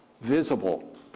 visible